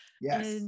Yes